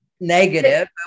negative